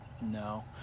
no